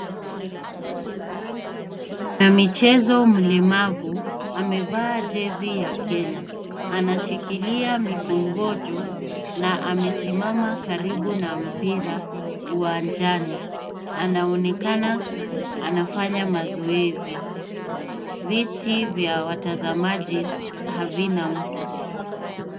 Mwanamchezo mlemavu amevaa jezi ya Kenya anashikilia mikongojo na amesimama karibu na mpira uwanjani anaonekana anafanya mazoezi. Viti vya matazamaji havina mtu.